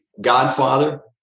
Godfather